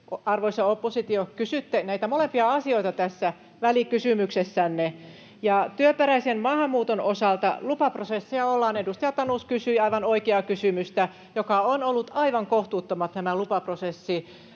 arvoisa oppositio, kysytte näitä molempia asioita tässä välikysymyksessänne. Työperäisen maahanmuuton osalta lupaprosessia ollaan sujuvoittamassa — edustaja Tanus kysyi aivan oikeaa kysymystä. Nämä lupaprosessin